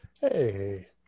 hey